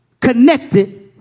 connected